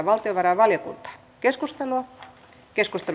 keskustelua ei syntynyt